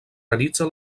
realitza